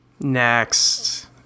Next